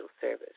service